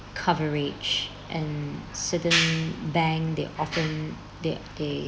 coverage and certain bank they often they they